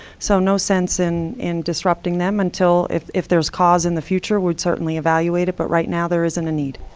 so no sense in in disrupting them, until if if there's cause in the future, we'd certainly evaluate it, but right now there isn't a need.